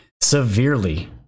severely